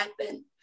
happen